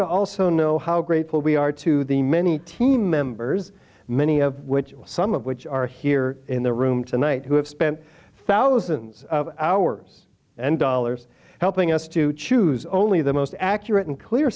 to also know how grateful we are to the many team members many of which some of which are here in the room tonight who have spent thousands of hours and dollars helping us to choose only the most accurate and clear